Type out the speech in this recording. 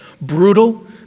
brutal